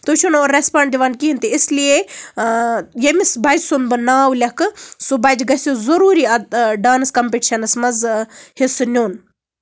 تُہۍ چھِو نہٕ اورٕ ریسپونڈ دِوان کِہینۍ تہِ اس لیے ییٚمِس بَچہٕ سُند بہٕ ناو لیٚکھٕ سُہ بَچہٕ گژھِ ضروٗری اَتھ ڈانٔس کَمپِٹشَن منٛزحِصہٕ نیُن